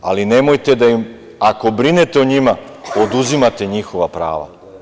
Ali nemojte da im, ako brinete o njima, oduzimate njihova prava.